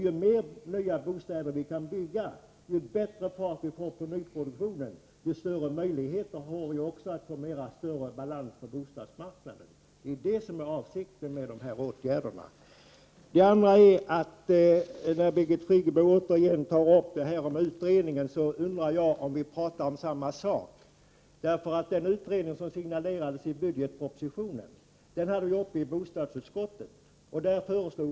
Ju fler nya bostäder vi kan bygga och ju bättre fart vi får på byggproduktionen, desto större möjligheter har vi att få en bättre balans på bostadsmarknaden. Det är detta som är avsikten med dessa åtgärder. När Birgit Friggebo återigen tar upp frågan om utredningen, undrar jag om vi talar om samma sak. Frågan om den utredning som signalerades i budgetpropositionen hade vi uppe till behandling i bostadsutskottet.